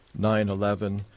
9-11